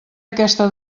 aquesta